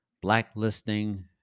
blacklisting